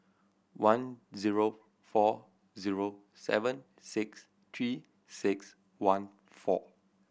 one zero four zero seven six Three Six One four